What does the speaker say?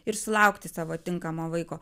ir sulaukti savo tinkamo vaiko